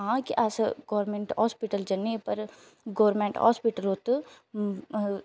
हां अस government hospital ज'न्ने पर गौरमेंट हॉस्पिटल उत्त